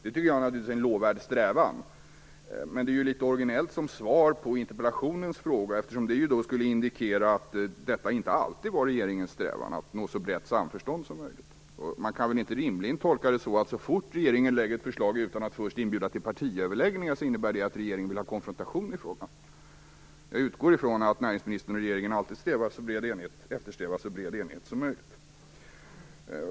Det är naturligtvis en lovvärd strävan. Men det är litet originellt som svar på interpellationens fråga, eftersom det skulle indikera att det inte alltid var regeringens strävan att nå så brett samförstånd som möjligt. Man kan väl inte rimligen tolka det så, att så fort regeringen lägger fram ett förslag utan att först inbjuda till partiöverläggningar innebär det att regeringen vill ha konfrontation i frågan? Jag utgår från att näringsministern och regeringen alltid eftersträvar så bred enighet som möjligt.